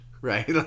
Right